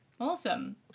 awesome